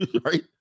Right